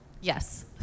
Yes